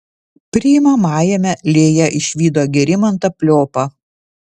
priimamajame lėja išvydo gerimantą pliopą